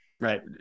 Right